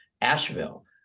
Asheville